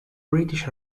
british